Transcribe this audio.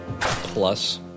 plus